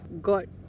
God